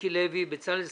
מיקי לוי, בצלאל סמוטריץ,